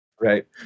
Right